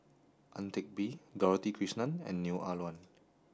Ang Teck Bee Dorothy Krishnan and Neo Ah Luan